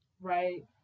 right